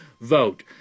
vote